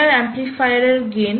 PIR amplifier এর gain